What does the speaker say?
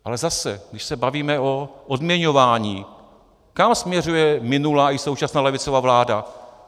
Ale zase, když se bavíme o odměňování, kam směřuje minulá i současná levicová vláda?